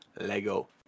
Lego